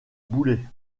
boulet